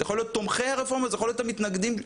זה יכול להיות תומכי הרפורמה וזה יכול להיות המתנגדים לה,